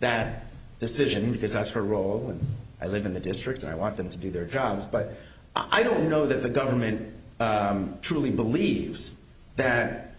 that decision because i see her role i live in the district and i want them to do their jobs but i don't know that the government truly believes that